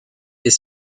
est